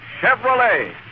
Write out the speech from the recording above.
Chevrolet